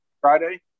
Friday